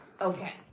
Okay